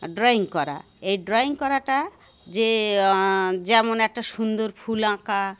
drawing করা এই drawing করাটা যে যেমন একটা সুন্দর ফুল আঁকা